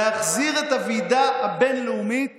להחזיר את הוועידה הבין-לאומית